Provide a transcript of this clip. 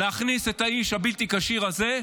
להכניס את האיש הבלתי-כשיר הזה.